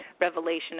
revelation